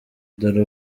dore